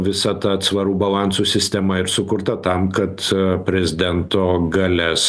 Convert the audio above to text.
visa ta atsvarų balansų sistema ir sukurta tam kad prezidento galias